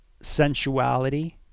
sensuality